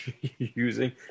using